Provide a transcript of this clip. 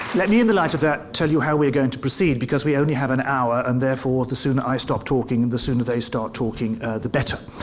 let me, in the light of that, tell you how we're going to proceed, because we only have an hour, and therefore the sooner i stop talking, the sooner they start talking the better.